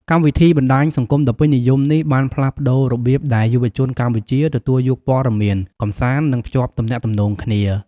កម្មវិធីបណ្ដាញសង្គមដ៏ពេញនិយមនេះបានផ្លាស់ប្ដូររបៀបដែលយុវជនកម្ពុជាទទួលយកព័ត៌មាន កម្សាន្ត និងភ្ជាប់ទំនាក់ទំនងគ្នា។